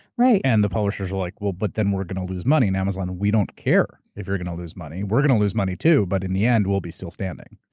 right. and the publishers are like, well. but, then we're going to lose money. and amazon, we don't care if you're going to lose money. we're going to lose money, too, but in the end we'll be still standing.